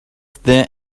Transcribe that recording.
there